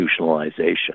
institutionalization